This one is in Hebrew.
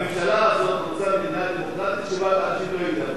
הממשלה הזאת רוצה מדינה דמוקרטית שבה אנשים לא ידברו.